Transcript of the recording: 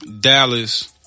Dallas